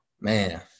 man